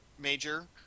major